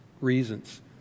reasons